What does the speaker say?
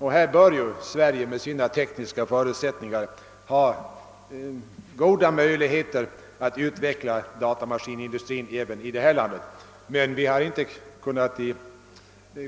Sverige bör, med sina goda tekniska förutsättningar, ha goda möjligheter att utveckla datamaskinindustrin. Vi har inte